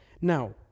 Now